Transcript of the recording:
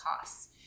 costs